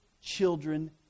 children